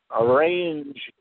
arrange